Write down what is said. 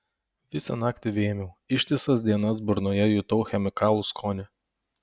visą naktį vėmiau ištisas dienas burnoje jutau chemikalų skonį